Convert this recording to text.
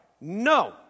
No